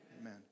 Amen